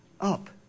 up